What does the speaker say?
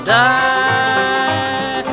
die